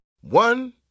One